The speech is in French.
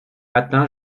atteint